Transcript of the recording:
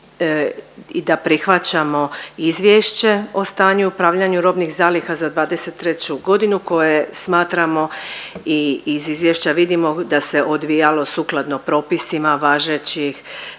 i da prihvaćamo izvješće o stanju i upravljanju robnih zaliha za '23. g. koje smatramo i iz izvješća vidimo da se odvijalo sukladno propisima važećih,